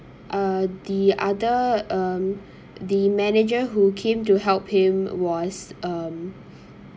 uh the other um the manager who came to help him was um